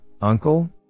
uncle